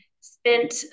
spent